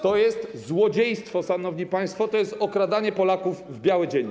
To jest złodziejstwo, szanowni państwo, to jest okradanie Polaków w biały dzień.